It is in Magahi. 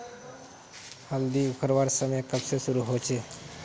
हल्दी उखरवार समय कब से शुरू होचए?